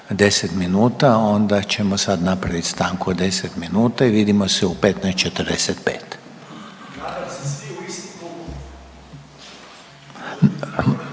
10 minuta onda ćemo sad napravit stanku od 10 minuta i vidimo se u 15 i 45.